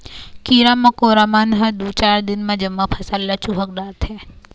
कीरा मकोरा मन ह दूए चार दिन म जम्मो फसल ल चुहक डारथे